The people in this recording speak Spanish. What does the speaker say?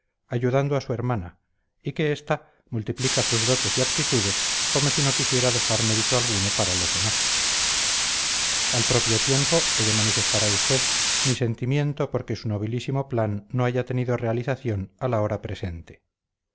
ayudando a su hermana y que esta multiplica sus dotes y aptitudes como si no quisiera dejar mérito alguno para los demás al propio tiempo he de manifestar a usted mi sentimiento porque su nobilísimo plan no haya tenido realización a la hora presente